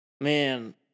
Man